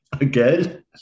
again